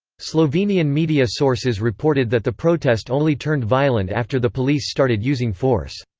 slovenian media sources reported that the protest only turned violent after the police started using force.